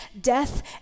death